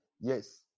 Yes